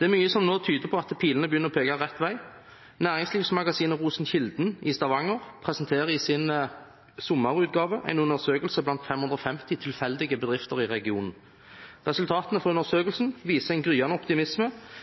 Det er mye som nå tyder på at pilene begynner å peke rett vei. Næringslivsmagasinet Rosenkilden i Stavanger presenterer i sin sommerutgave en undersøkelse blant 550 tilfeldige bedrifter i regionen. Resultatene fra